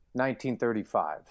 1935